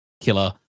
killer